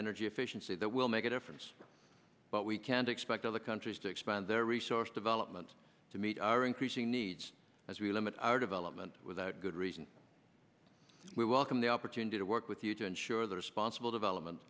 energy efficiency that will make a difference but we can't expect other countries to expand their resource development to meet our increasing needs as we limit our development without good reason we welcome the opportunity to work with you to ensure the responsible development